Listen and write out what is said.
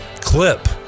Clip